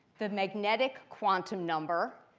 the magnetic quantum number.